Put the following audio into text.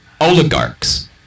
oligarchs